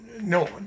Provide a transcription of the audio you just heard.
no